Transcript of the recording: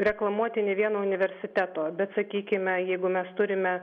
reklamuoti nei vieno universiteto bet sakykime jeigu mes turime